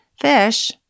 Fish